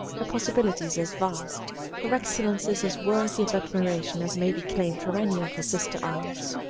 her possibilities as vast, her excellences as worthy of admiration, as may be claimed for any of her sister arts.